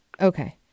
Okay